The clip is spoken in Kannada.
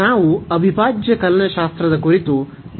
ನಾವು ಅವಿಭಾಜ್ಯ ಕಲನಶಾಸ್ತ್ರದ ಕುರಿತು ನಮ್ಮ ಚರ್ಚೆಯನ್ನು ಮುಂದುವರಿಸುತ್ತೇವೆ